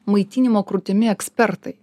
maitinimo krūtimi ekspertai